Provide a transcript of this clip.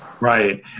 Right